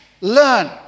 learn